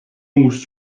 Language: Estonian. uus